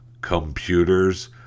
computers